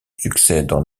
succèdent